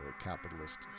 capitalist